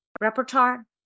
repertoire